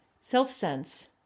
Self-sense